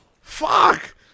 Fuck